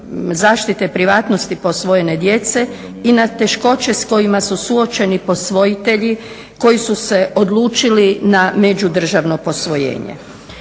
zaštite privatnosti posvojenje djece i na teškoće s kojima su suočeni posvojitelji koji su se odlučili na međudržavno posvojenje.